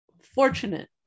fortunate